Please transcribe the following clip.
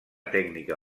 tècnica